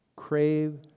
Crave